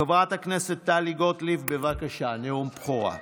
חברת הכנסת טלי גוטליב, בבקשה, נאום בכורה.